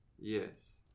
Yes